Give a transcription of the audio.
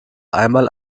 einmal